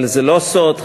אבל זה לא סוד,